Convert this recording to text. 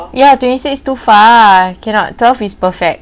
ya twenty six too far cannot twelfth is perfect